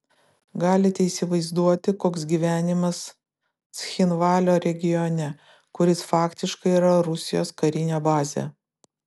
galite įsivaizduoti koks gyvenimas cchinvalio regione kuris faktiškai yra rusijos karinė bazė